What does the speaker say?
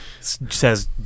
Says